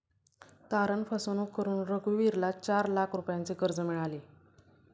तारण फसवणूक करून रघुवीरला चार लाख रुपयांचे कर्ज मिळाले